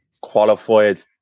qualified